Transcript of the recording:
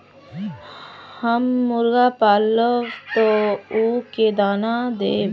हम मुर्गा पालव तो उ के दाना देव?